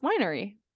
winery